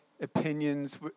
opinions